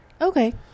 Okay